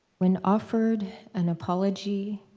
when offered an apology,